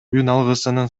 үналгысынын